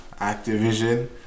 Activision